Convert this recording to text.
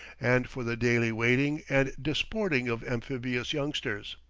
and for the daily wading and disporting of amphibious youngsters.